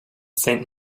saint